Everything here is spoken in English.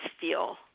feel